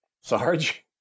Sarge